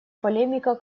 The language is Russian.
полемика